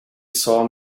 saw